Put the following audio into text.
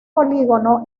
polígono